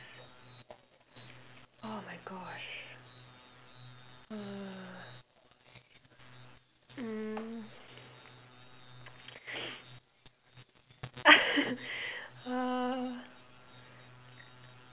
oh my gosh uh mm err